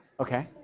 okay.